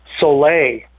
Soleil